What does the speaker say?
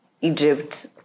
Egypt